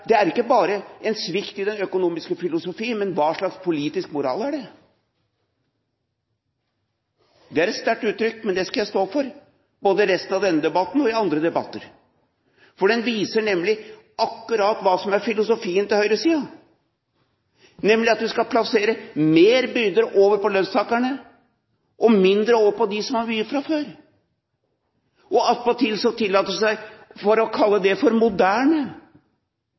Det er ikke bare en svikt i den økonomiske filosofien – men hva slags politisk moral er det? Det er et sterkt uttrykk, men det skal jeg stå for, både i resten av denne debatten og i andre debatter. Den viser nemlig akkurat hva som er filosofien til høyresiden, nemlig at man skal plassere flere byrder over på lønnstakerne og mindre over på dem som har mye fra før. Attpåtil tillater de seg å kalle det for moderne.